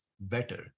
better